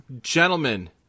Gentlemen